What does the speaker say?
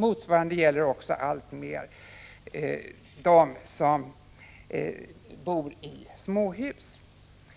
Motsvarande gäller också alltmer dem som bor i småhus.